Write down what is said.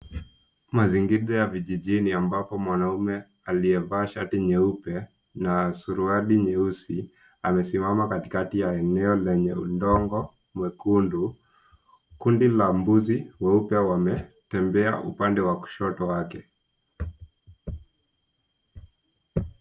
Mazingira ya vijijini ambapo mwanaume aliyevaa shati nyeupe na suruali nyeusi, amesimama katikati ya eneo lenye udongo mwekundu. Kundi la mbuzi weupe wametembea upande wa kushoto wake.